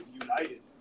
united